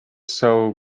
sell